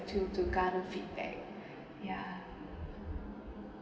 tool to garner feedback ya